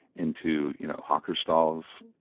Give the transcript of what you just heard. into you know hawker stalls.